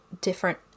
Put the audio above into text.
different